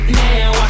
now